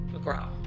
McGraw